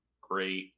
great